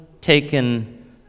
taken